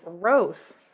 gross